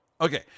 Okay